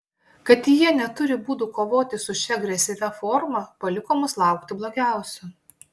kad jie neturi būdų kovoti su šia agresyvia forma paliko mus laukti blogiausio